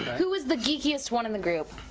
who is the geekiest one in the group.